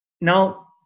Now